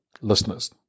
listeners